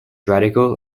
radical